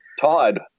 Todd